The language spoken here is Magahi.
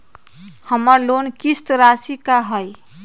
हमर लोन किस्त राशि का हई?